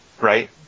Right